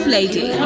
lady